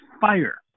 fire